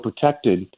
protected